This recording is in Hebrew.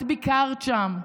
את ביקרת שם.